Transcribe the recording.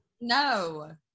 No